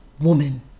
woman